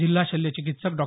जिल्हा शल्य चिकित्सक डॉ